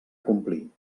complir